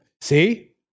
See